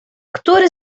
który